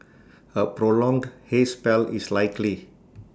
A prolonged haze spell is likely